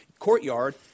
courtyard